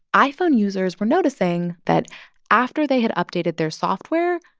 iphone users were noticing that after they had updated their software,